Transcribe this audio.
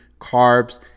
carbs